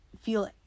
feel